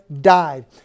died